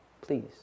please